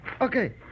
Okay